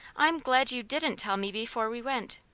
i'm glad you didn't tell me before we went.